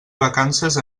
vacances